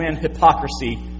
hypocrisy